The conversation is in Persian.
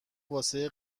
واسه